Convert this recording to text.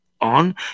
on